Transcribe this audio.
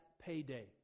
payday